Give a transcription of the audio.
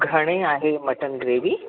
घणे आहे mutton gravy